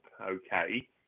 okay